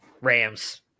Rams